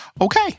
okay